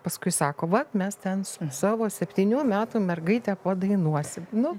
paskui sako va mes ten su savo septynių metų mergaite padainuosim nu